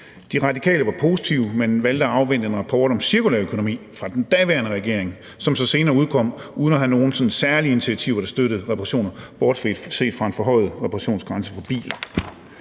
De Radikale var positive, men valgte at afvente en rapport om cirkulær økonomi fra den daværende regering, som så senere udkom uden at have nogen særlige initiativer, der støttede reparationer, bortset fra en forhøjet reparationsgrænse for biler.